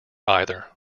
either